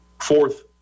fourth